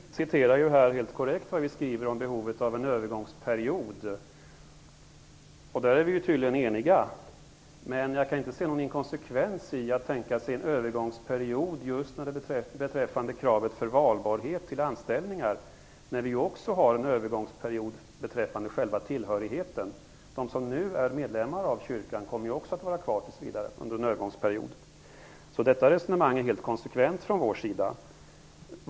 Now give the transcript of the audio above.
Fru talman! Herr Sahlberg citerar helt korrekt vad vi skriver om behovet av en övergångsperiod. Där är vi tydligen eniga. Men jag kan inte se någon inkonsekvens i att tänka sig en övergångsperiod just beträffande kravet för valbarhet till anställningar, när det ju också är en övergångsperiod beträffande själva tillhörigheten. De som nu är medlemmar av kyrkan kommer också att vara kvar tills vidare under en övergångsperiod. Detta resonemang är helt konsekvent från vår sida.